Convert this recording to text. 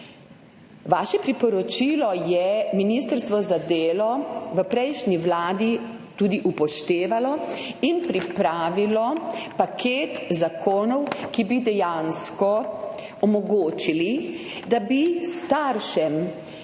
Vaše priporočilo je ministrstvo za delo v prejšnji vladi tudi upoštevalo in pripravilo paket zakonov, ki bi dejansko omogočili, da bi se staršem,